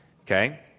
Okay